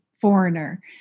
foreigner